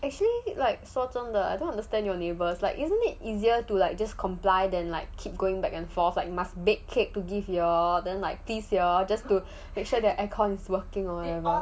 actually like 说真的 I don't understand your neighbours like isn't it easier to like just comply than like keep going back and forth like must bake cake to give you all then like please you all just to make sure that the aircon is working or whatever